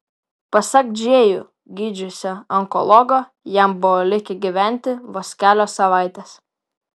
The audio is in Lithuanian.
pasak džėjų gydžiusio onkologo jam buvo likę gyventi vos kelios savaitės